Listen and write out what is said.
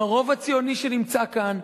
עם הרוב הציוני שנמצא כאן,